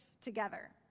together